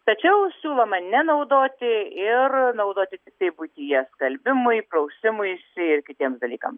tačiau siūlome nenaudoti ir naudoti tiktai buityje skalbimui prausimuisi ir kitiems dalykam